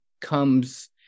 comes